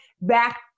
back